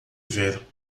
ver